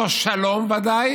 ודאי